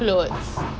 mm